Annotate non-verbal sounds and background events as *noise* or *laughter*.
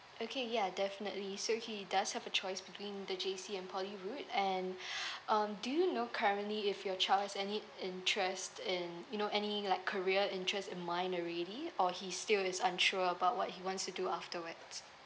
okay ya definitely so he does have a choice between the J_C and poly road and *breath* um do you know currently if your child has any interest in you know any like career interest in mind already or he still is unsure about what he wants to do afterwards